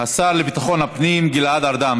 השר לביטחון הפנים גלעד ארדן.